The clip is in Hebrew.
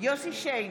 יוסף שיין,